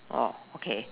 oh okay